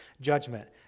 judgment